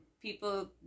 People